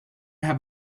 have